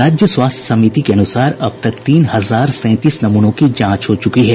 राज्य स्वास्थ्य समिति के अनुसार अब तक तीन हजार सैंतीस नमूनों की जांच हो चुकी है